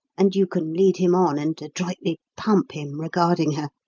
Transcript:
and you can lead him on and adroitly pump him regarding her,